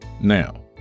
Now